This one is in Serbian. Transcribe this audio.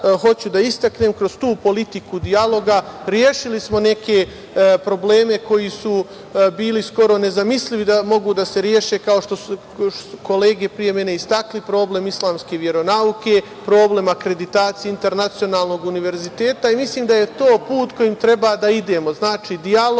da istaknem kroz tu politiku dijaloga, rešili smo neke probleme koji su bili skoro nezamislivi da mogu da se reše kao što su kolege pre mene istakli, problem islamske veronauke, problem akreditacije Internacionalnog univerziteta i mislim da je to put kojim treba da idemo. Znači, dijalog,